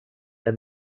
and